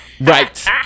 Right